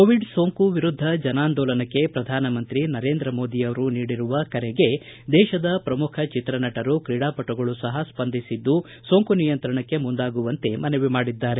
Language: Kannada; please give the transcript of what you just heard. ಕೋವಿಡ್ ಸೋಂಕು ವಿರುದ್ಧ ಜನಾಂದೋಲನಕ್ಕೆ ಪ್ರಧಾನಮಂತ್ರಿ ನರೇಂದ್ರ ಮೋದಿ ಅವರು ನೀಡಿರುವ ಕರೆಗೆ ದೇಶದ ಪ್ರಮುಖ ಚಿತ್ರನಟರು ಕ್ರೀಡಾಪಟುಗಳು ಸಹ ಸ್ಪಂದಿಸಿದ್ದು ಸೋಂಕು ನಿಯಂತ್ರಣಕ್ಕೆ ಮುಂದಾಗುವಂತೆ ಮನವಿ ಮಾಡಿದ್ದಾರೆ